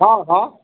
हॅं हॅं